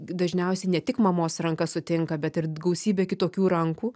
dažniausiai ne tik mamos ranka sutinka bet ir gausybė kitokių rankų